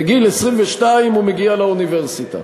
בגיל 22 הוא מגיע לאוניברסיטה,